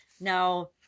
Now